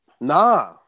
Nah